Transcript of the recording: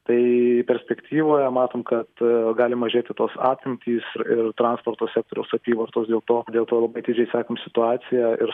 tai perspektyvoje matom kad gali mažėti tos apimtys ir transporto sektoriaus apyvartos dėl to dėl to labai atidžiai sekam situaciją ir